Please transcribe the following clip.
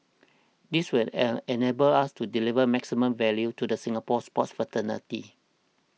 this will a enable us to deliver maximum value to the Singapore sports fraternity